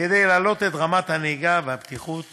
כדי להעלות את רמת הנהיגה והבטיחות